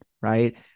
right